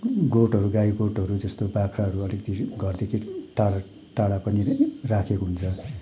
गोठहरू गाई गोठहरू जस्तो बाख्राहरू अलिकति घरदेखि टाढा टाढा पनि राखेको हुन्छ